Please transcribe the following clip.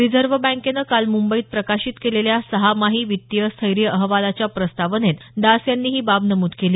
reserve बँकेनं काल मुंबईत प्रकाशित केलेल्या सहामाही वित्तीय स्थैर्य अहवालाच्या प्रस्तावनेत दास यांनी ही बाब नमूद केली